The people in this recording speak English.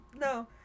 no